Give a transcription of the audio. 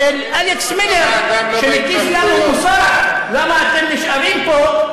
ואלכס מילר, שמטיף לנו מוסר, למה אתם נשארים פה,